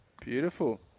Beautiful